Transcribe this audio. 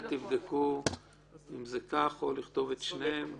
תבדקו אם זה כך או לכתוב את שניהם.